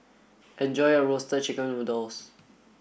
enjoy your roasted chicken noodle